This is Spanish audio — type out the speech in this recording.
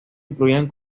incluían